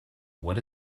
what